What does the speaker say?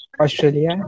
australia